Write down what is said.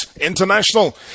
International